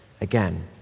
again